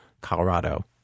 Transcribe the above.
Colorado